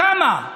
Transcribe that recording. כמה?